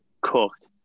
cooked